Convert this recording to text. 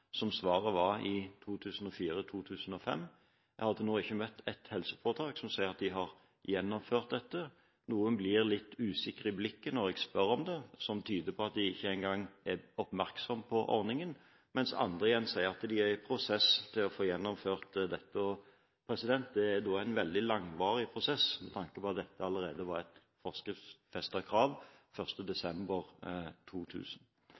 som svaret var i 2004–2005. Jeg har til nå ikke møtt ett helseforetak som sier at de har gjennomført dette. Noen blir litt usikre i blikket når jeg spør om det, noe som tyder på at de ikke engang er oppmerksom på ordningen, mens andre sier at de er i prosess med å få gjennomført den. Det blir i tilfelle en veldig langvarig prosess, med tanke på at dette allerede var en forskriftsfestet krav 1. desember 2000.